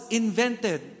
invented